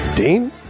Dean